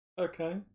Okay